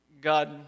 God